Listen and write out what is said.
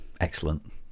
excellent